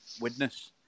witness